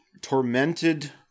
tormented